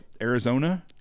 Arizona